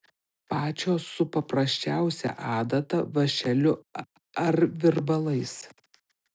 pačios su paprasčiausia adata vąšeliu ar virbalais